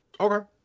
Okay